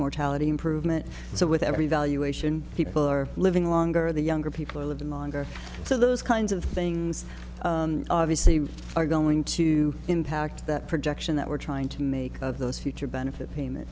mortality improvement so with every valuation people are living longer the younger people are living longer so those kinds of things obviously are going to impact that projection that we're trying to make of those future benefit